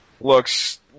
Looks